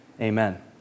amen